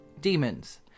Demons